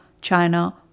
China